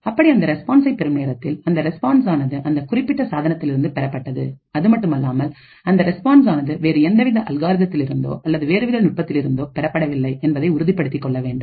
அப்படி அந்த ரெஸ்பான்ஸை பெரும் நேரத்தில் அந்த ரெஸ்பான்ஸ் ஆனது அந்த குறிப்பிட்ட சாதனத்திலிருந்து பெறப்பட்டது அதுமட்டுமல்லாமல் அந்த ரெஸ்பான்ஸ் ஆனது வேறு எந்தவித அல்காரிதத்திலிருந்தோ அல்லது வேறுவித நுட்பத்திலிருந்தோ பெறப்படவில்லை என்பதை உறுதிப்படுத்திக் கொள்ள வேண்டும்